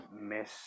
miss